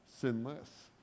sinless